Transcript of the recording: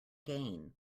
gain